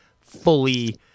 fully